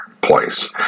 place